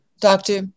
Doctor